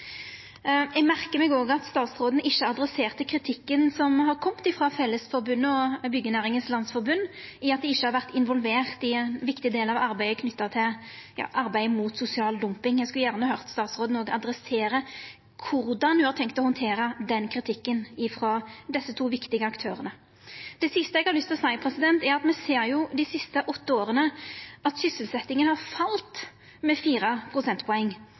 Eg merkar meg òg at statsråden ikkje tok opp kritikken som er komen frå Fellesforbundet og Byggenæringens Landsforening, om at dei ikkje har vore involverte i ein viktig del av arbeidet mot sosial dumping. Eg skulle gjerne ha høyrt statsråden ta for seg korleis ho har tenkt å handtera den kritikken frå desse to viktige aktørane. Det siste eg har lyst til å seia, er at me dei siste åtte åra har sett at sysselsetjinga har falle med 4 prosentpoeng.